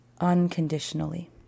unconditionally